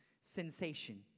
sensation